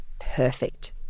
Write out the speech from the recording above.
perfect